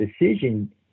decision